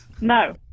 No